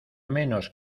menos